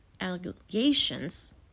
allegations